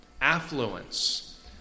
Affluence